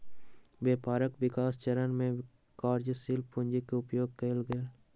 व्यापारक विकास चरण में कार्यशील पूंजी के उपयोग कएल गेल